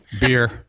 Beer